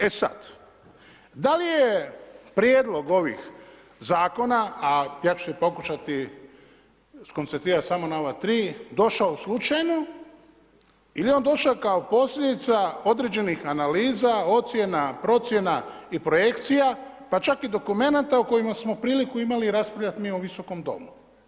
E sad, da li je prijedlog ovih zakona a ja ću se pokušati skoncentrirati samo na ova tri, došao slučajno ili je on došao kao posljedica određenih analiza, ocjena, procjena i projekcija pa čak i dokumenata o kojima smo priliku imali raspravljati mi u Visokom domu.